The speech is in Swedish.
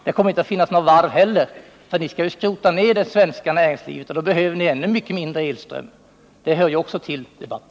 Det kommer inte heller att finnas några varv för ni skall ju skrota ned det svenska näringslivet. Då behöver ni ännu mindre elström. Det hör ju också till debatten.